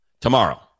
Tomorrow